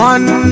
One